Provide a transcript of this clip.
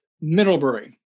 Middlebury